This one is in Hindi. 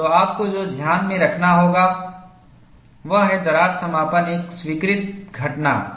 तो आपको जो ध्यान में रखना होगा वह है दरार समापन एक स्वीकृत घटना है